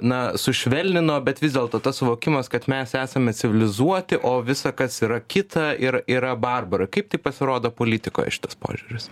na sušvelnino bet vis dėlto tas suvokimas kad mes esame civilizuoti o visa kas yra kita ir yra barbarai kaip tai pasirodo politikoje šitas požiūris